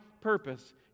purpose